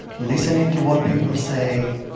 listening to what people say,